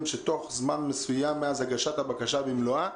שבתוך זמן מסוים מאז הגשת הבקשה במלואה